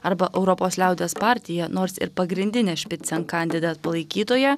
arba europos liaudies partija nors ir pagrindinė špicen kandidat palaikytoja